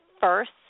first